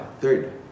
third